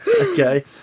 Okay